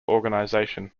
organization